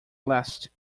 last